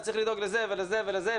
אז צריך לדאוג לזה ולזה ולזה,